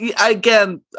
again